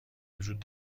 وجود